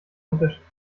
unterschied